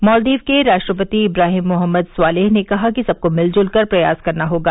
मॉलद्वीव के राष्ट्रपति इब्राहिम मोहम्मद स्वालेह ने कहा कि सबको मिलजुल कर प्रयास करना होगा